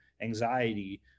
anxiety